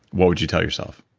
what would you tell yourself?